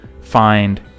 find